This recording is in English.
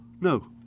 No